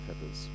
Peppers